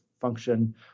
function